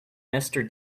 mister